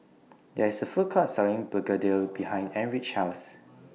There IS A Food Court Selling Begedil behind Erich's House